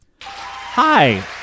Hi